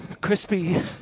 Crispy